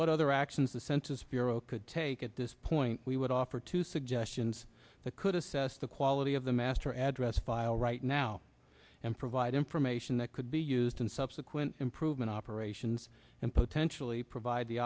what other actions the census bureau could take at this point we would offer two suggestions that could assess the quality of the master address file right now and provide information that could be used in subsequent improvement operations and potentially provide the